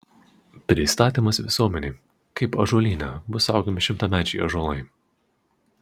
pristatymas visuomenei kaip ąžuolyne bus saugomi šimtamečiai ąžuolai